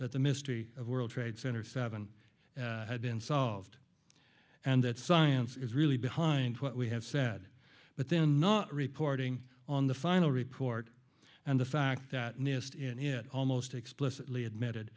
that the mystery of world trade center seven had been solved and that science is really behind what we have said but then not reporting on the final report and the fact that nist in it almost explicitly admitted